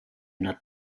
una